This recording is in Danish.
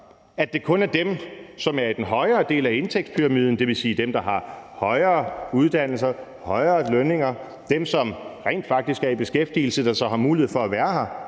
at det kun er dem, som er i den højere del af indtægtspyramiden, dvs. dem, der har højere uddannelser, højere lønninger, og dem, som rent faktisk er i beskæftigelse, der så har mulighed for at være her